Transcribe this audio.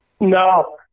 No